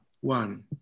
one